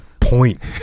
point